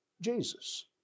Jesus